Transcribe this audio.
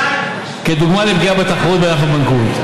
כדוגמה לפגיעה בתחרות בענף הבנקאות.